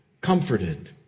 comforted